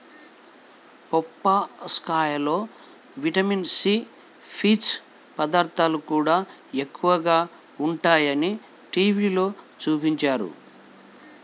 బొప్పాస్కాయలో vitamin C, పీచు పదార్థాలు కూడా ఎక్కువగా ఉంటయ్యని టీవీలో చూపించారు